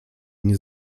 nie